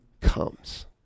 comes